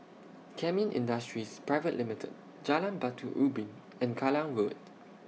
Kemin Industries Private Limited Jalan Batu Ubin and Kallang Road